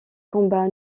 combat